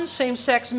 same-sex